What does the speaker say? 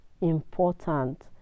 important